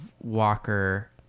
Walker